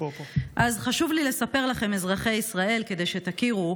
אז חשוב לי לספר לכם, אזרחי ישראל, כדי שתכירו,